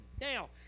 Now